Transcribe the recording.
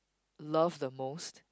love the most